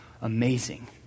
amazing